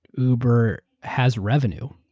uber has revenue.